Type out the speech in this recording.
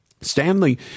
Stanley